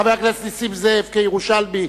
חבר הכנסת נסים זאב, כירושלמי,